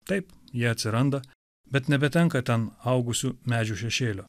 taip jie atsiranda bet nebetenka ten augusių medžių šešėlio